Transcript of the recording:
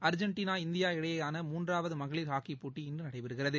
Argentina India இடையேயான மூன்றாவதுமகளிர் ஹாக்கிப் போட்டி இன்றுநடைபெறுகிறது